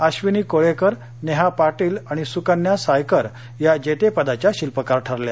अश्विनी कोळेकर नेहा पाटील आणि सुकन्या सायकर या जेतेपदाच्या शिल्पकार ठरल्या